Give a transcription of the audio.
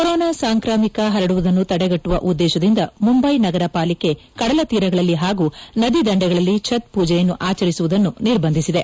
corona ಸಾಂಕ್ರಾಮಿಕ ಪರಡುವುದನ್ನು ತಡೆಗಟ್ಟುವ ಉದ್ದೇಶದಿಂದ ಮುಂಬೈ ನಗರ ಪಾಲಿಕೆ ಕಡಲ ತೀರಗಳಲ್ಲಿ ಹಾಗೂ ನದಿ ದಂಡೆಗಳಲ್ಲಿ ಛತ್ ಪೂಜೆಯನ್ನು ಆಚರಿಸುವುದನ್ನು ನಿರ್ಬಂಧಿಸಿದೆ